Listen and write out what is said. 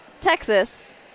Texas